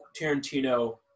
Tarantino